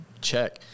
Check